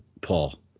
Paul